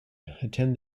attend